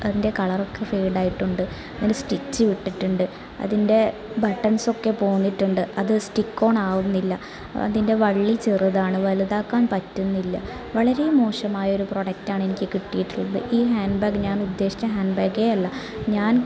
അതിൻ്റെ കളറൊക്കെ ഫേഡായിട്ടുണ്ട് ഒരു സ്റ്റിച്ച് വിട്ടിട്ടുണ്ട് അതിൻ്റെ ബട്ടൺസൊക്കെ പോന്നിട്ടുണ്ട് അത് സ്റ്റിക്കോണാകുന്നില്ല അതിൻ്റെ വള്ളി ചെറുതാണ് വലുതാക്കാൻ പറ്റുന്നില്ല വളരെ മോശമായൊരു പ്രൊഡക്റ്റാണെനിക്ക് കിട്ടിയിട്ടുള്ളത് ഈ ഹാൻഡ് ബാഗ് ഞാനുദ്ദേശിച്ച ഹാൻഡ് ബാഗേ അല്ല ഞാൻ